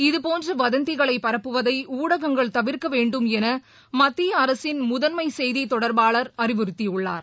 இது போன்றவதந்திகளைபரப்புவதைஊடகங்கள் தவிர்க்கவேண்டும் எனமத்தியஅரசின் முதன்மைசெய்திதொடர்பாளர் அறிவுறுத்தியுள்ளார்